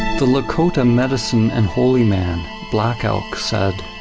the lakota medicine and holy man black elk said